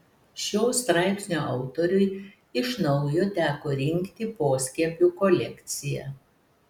šio straipsnio autoriui iš naujo teko rinkti poskiepių kolekciją